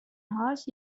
هاش